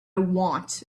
want